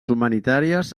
humanitàries